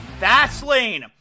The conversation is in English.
Fastlane